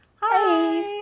hi